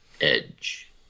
edge